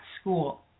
school